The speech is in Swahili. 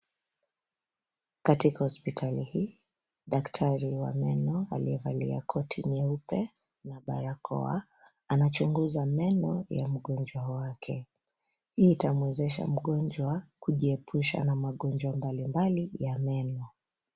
Katika hospitali hii, daktari wa meno aliyevalia koti nyeupe na barakoa, anachunguza meno ya mgonjwa wake. Hii itamwezesha mgonjwa kujiepusha na magonjwa mbalimbali ya meno.